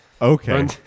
Okay